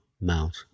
Mount